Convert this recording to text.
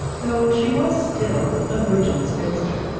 though she was still a virgin spinster